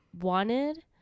wanted